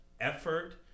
Effort